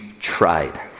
tried